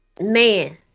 Man